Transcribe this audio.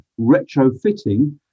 retrofitting